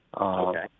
Okay